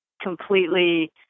completely